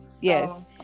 Yes